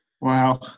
wow